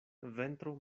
ventro